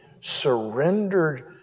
surrendered